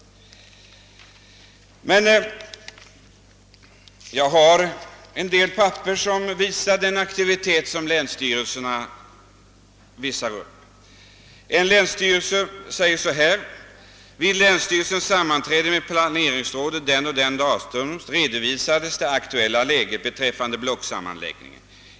Jag har en del papper som visar läns 'styrelsernas aktivitet. En länsstyrelse säger: »Vid länsstyrelsens sammanträde med planeringsrådet den ——— redovisades det aktuella läget beträffande 'blocksammanläggningen.